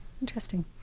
Interesting